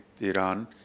Iran